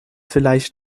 vielleicht